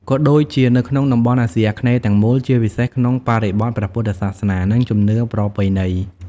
ក៏ដូចជានៅក្នុងតំបន់អាស៊ីអាគ្នេយ៍ទាំងមូល ជាពិសេសក្នុងបរិបទព្រះពុទ្ធសាសនា និងជំនឿប្រពៃណី។